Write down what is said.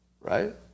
right